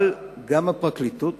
אבל גם הפרקליטות